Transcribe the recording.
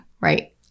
Right